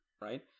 right